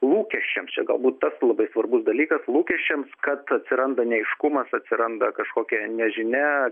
lūkesčiams čia galbūt tas labai svarbus dalykas lūkesčiams kad atsiranda neaiškumas atsiranda kažkokia nežinia